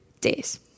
days